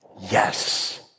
yes